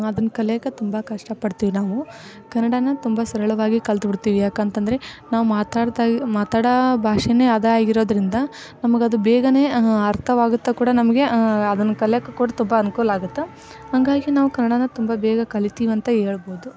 ಅದನ್ನ ಕಲಿಯಕ್ಕೆ ತುಂಬ ಕಷ್ಟಪಡ್ತೀವಿ ನಾವು ಕನ್ನಡಾನ ತುಂಬ ಸರಳವಾಗಿ ಕಲ್ತ್ಬಿಡ್ತೀವಿ ಏಕಂತಂದ್ರೆ ನಾವು ಮಾತಾಡ್ತಾ ಮಾತಾಡೋ ಭಾಷೆನೇ ಅದಾಗಿರೋದರಿಂದ ನಮಗೆ ಅದು ಬೇಗ ಅರ್ಥವಾಗುತ್ತೆ ಕೂಡ ನಮಗೆ ಅದನ್ನು ಕಲಿಯಕ್ಕೆ ಕೂಡ ತುಂಬ ಅನ್ಕೂಲ ಆಗುತ್ತೆ ಹಂಗಾಗಿ ನಾವು ಕನ್ನಡಾನ ತುಂಬ ಬೇಗ ಕಲಿತೀವಿ ಅಂತ ಹೇಳ್ಬೋದು